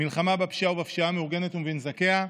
מלחמה בפשיעה ובפשיעה המאורגנת ובנזקיה,